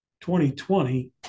2020